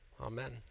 amen